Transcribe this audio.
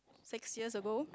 six years ago